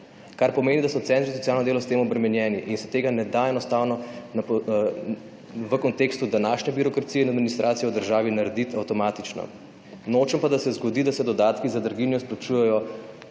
Kar pomeni, da so Centri za socialno delo s tem obremenjeni in se tega ne da enostavno v kontekstu današnje birokracije na administracijo v državi narediti avtomatično. Nočem pa, da se zgodi, da se dodatki za draginjo izplačujejo